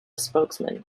spokesman